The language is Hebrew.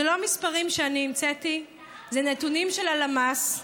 זה לא מספרים שאני המצאתי, זה נתונים של הלמ"ס,